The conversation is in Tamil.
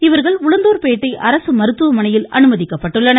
இவர்கள் உளுந்தூர் பேட்டை அரசு மருத்துவமனையில் அனுமதிக்கப்பட்டுள்ளனர்